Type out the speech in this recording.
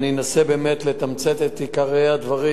אני אנסה באמת לתמצת את עיקרי הדברים